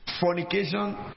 Fornication